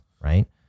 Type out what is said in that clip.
right